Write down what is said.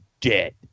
dead